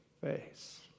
face